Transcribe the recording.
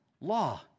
law